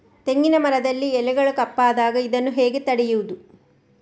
ತೆಂಗಿನ ಮರದಲ್ಲಿ ಎಲೆಗಳು ಕಪ್ಪಾದಾಗ ಇದನ್ನು ಹೇಗೆ ತಡೆಯುವುದು?